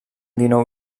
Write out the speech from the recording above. dinou